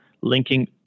linking